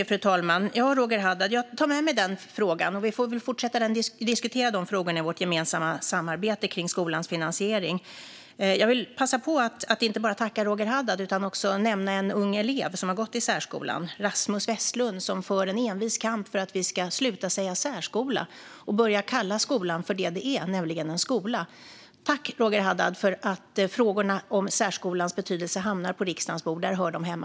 Fru talman! Jag tar med mig den frågan, Roger Haddad. Vi får väl fortsätta att diskutera dessa frågor i vårt gemensamma samarbete kring skolans finansiering. Jag vill passa på att inte bara tacka Roger Haddad utan också nämna en ung elev som har gått i särskolan. Han heter Rasmus Westlund och för en envis kamp för att vi ska sluta säga "särskola" och börja kalla skolan vad den är, nämligen en skola. Tack, Roger Haddad, för att frågorna om särskolans betydelse hamnar på riksdagens bord! Där hör de hemma.